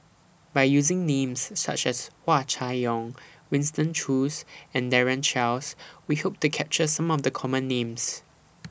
By using Names such as Hua Chai Yong Winston Choos and Daren Shiau We Hope to capture Some of The Common Names